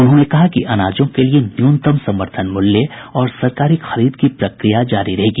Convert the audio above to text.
उन्होंने कहा कि अनाजों के लिए न्यूनतम समर्थन मूल्य और सरकारी खरीद की प्रक्रिया जारी रहेगी